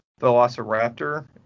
Velociraptor